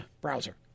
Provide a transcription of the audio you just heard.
browser